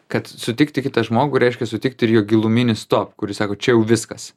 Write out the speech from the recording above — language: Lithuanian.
kad sutikti kitą žmogų reiškia sutikti ir jo giluminį stop kuris sako čia jau viskas